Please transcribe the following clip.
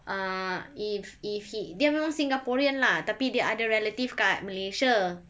uh if if he dia memang singaporean lah tapi dia ada relatives kat malaysia